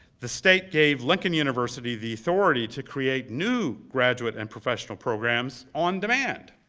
the state gave lincoln university the authority to create new graduate and professional programs on demand.